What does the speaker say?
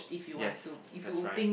yes that's right